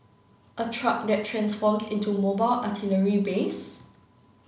a truck that transforms into mobile artillery base